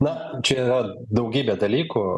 na čia yra daugybė dalykų